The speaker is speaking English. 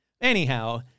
Anyhow